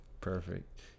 Perfect